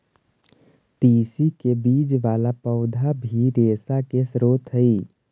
तिस्सी के बीज वाला पौधा भी रेशा के स्रोत हई